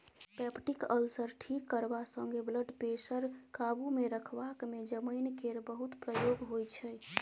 peptic ulcer ठीक करबा संगे ब्लडप्रेशर काबुमे रखबाक मे जमैन केर बहुत प्रयोग होइ छै